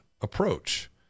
approach